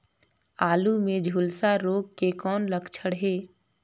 आलू मे झुलसा रोग के कौन लक्षण हे?